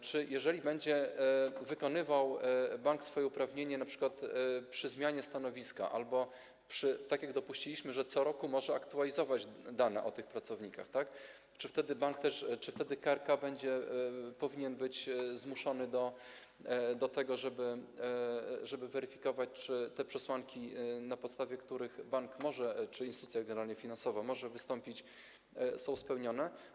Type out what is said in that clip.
Czy jeżeli bank będzie wykonywał swoje uprawnienie, np. przy zmianie stanowiska albo, tak jak dopuściliśmy, że co roku może aktualizować dane o tych pracownikach, tak, czy wtedy bank też, czy wtedy KRK będzie, powinien być zmuszony do tego, żeby weryfikować, czy te przesłanki, na podstawie których bank czy generalnie instytucja finansowa może wystąpić, są spełnione?